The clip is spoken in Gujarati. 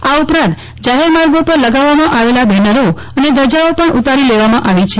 આ ઉપરાંત જાહેર માર્ગો પર લગાવવામાં આવેલા બેનરો અને ધજાઓ પણ ઉતારી લેવામાં આવી છે